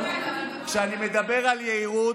כשאני מדבר על יהירות,